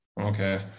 Okay